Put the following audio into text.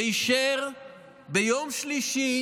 שאישר ביום שלישי